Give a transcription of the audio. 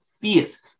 fears